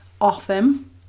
often